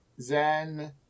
Zen